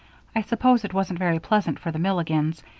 i suppose it wasn't very pleasant for the milligans,